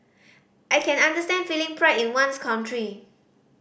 I can understand feeling pride in one's country